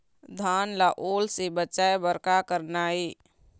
धान ला ओल से बचाए बर का करना ये?